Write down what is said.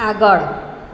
આગળ